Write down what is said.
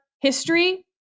history